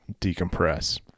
decompress